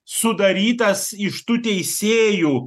sudarytas iš tų teisėjų